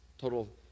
total